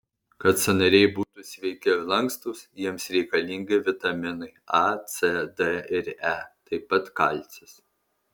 kad sąnariai būtų sveiki ir lankstūs jiems reikalingi vitaminai a c d ir e taip pat kalcis